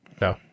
No